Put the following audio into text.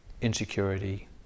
insecurity